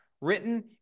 Written